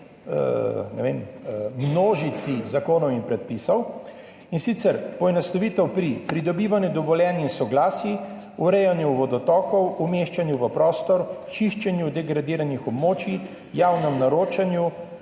množici zakonov in predpisov, in sicer poenostavitev pri pridobivanju dovoljenj in soglasij, urejanju vodotokov, umeščanju v prostor, čiščenju degradiranih območij, javnem naročanju,